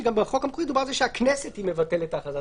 ובגלל שבחוק המקורי דובר על זה שהכנסת מבטלת את ההחלטה.